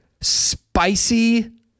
Spicy